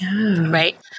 right